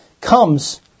comes